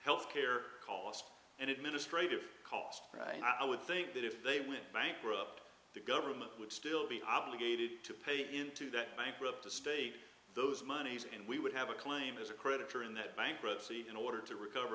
health care costs and administrative costs and i would think that if they went bankrupt the government would still be obligated to pay into that bankrupt the state those monies and we would have a claim as a creditor in that bankruptcy in order to recover